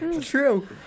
True